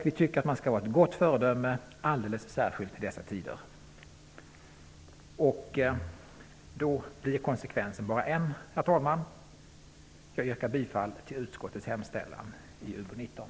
Vi tycker att man skall vara ett gott föredöme, alldeles särskilt i dessa tider. Då blir konsekvensen bara en, herr talman: Jag yrkar bifall till utskottets hemställan i UbU19.